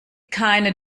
keine